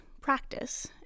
practice